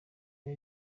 ibi